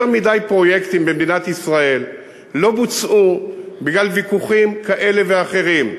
יותר מדי פרויקטים במדינת ישראל לא בוצעו בגלל ויכוחים כאלה ואחרים.